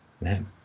Man